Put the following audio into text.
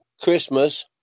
Christmas